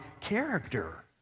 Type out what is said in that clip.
character